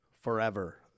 forever